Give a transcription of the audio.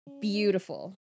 beautiful